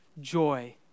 joy